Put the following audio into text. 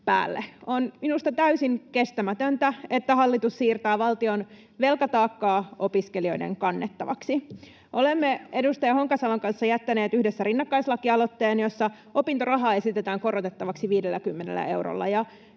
On minusta täysin kestämätöntä, että hallitus siirtää valtion velkataakkaa opiskelijoiden kannettavaksi. Olemme edustaja Honkasalon kanssa jättäneet yhdessä rinnakkaislakialoitteen, jossa opintorahaa esitetään korotettavaksi 50 eurolla.